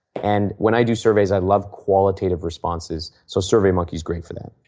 and when i do surveys, i love qualitative responses. so, survey monkey is great for that.